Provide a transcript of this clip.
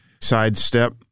sidestep